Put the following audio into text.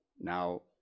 Now